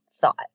thought